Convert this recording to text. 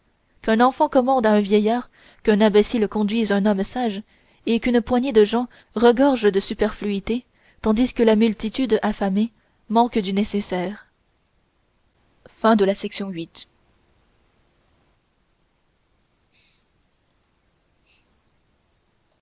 qu'un enfant commande à un vieillard qu'un imbécile conduise un homme sage et qu'une poignée de gens regorge de superfluités tandis que la multitude affamée manque du nécessaire